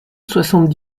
soixante